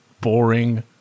boring